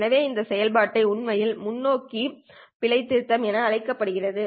எனவே இந்த செயல்முறை உண்மையில் முன்னோக்கி பிழை திருத்தம் என அழைக்கப்படுகிறது